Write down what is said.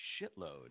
shitload